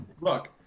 Look